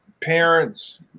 parents